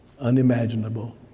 unimaginable